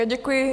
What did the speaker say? Děkuji.